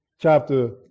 chapter